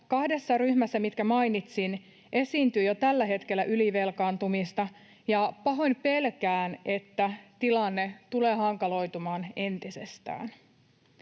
kahdessa ryhmässä, mitkä mainitsin, esiintyy jo tällä hetkellä ylivelkaantumista, ja pahoin pelkään, että tilanne tulee hankaloitumaan entisestään.